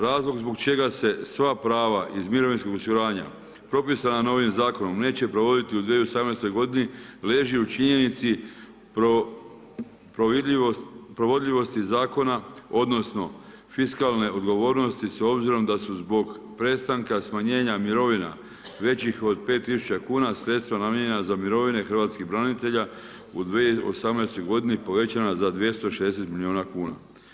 Razlog zbog čega se sva prava iz mirovinskog osiguranja propisana novim zakonom neće provoditi u 2018. godini, leži u činjenici provodljivosti zakona odnosno fiskalne odgovornosti s obzirom da su zbog prestanka smanjenja mirovina većih od 5 000 kuna, sredstva namijenjena za mirovine hrvatskih branitelja u 2018. godini povećana za 260 milijuna kuna.